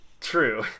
True